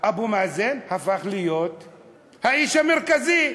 אבו מאזן הפך להיות האיש המרכזי.